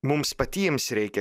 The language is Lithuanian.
mums patiems reikia